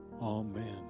Amen